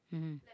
mmhmm